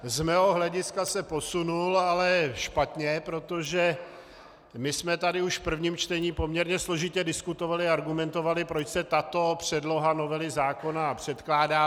Z mého hlediska se posunul, ale špatně, protože my jsme tady už v prvním čtení poměrně složitě diskutovali a argumentovali, proč se tato předloha novely zákona předkládá.